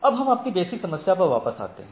अब हम अपनी बेसिक समस्या पर वापस आते हैं